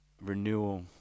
renewal